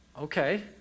Okay